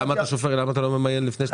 למה אתה שופך ולא ממיין לפני?